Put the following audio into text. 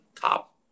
top